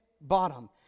bottom